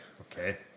Okay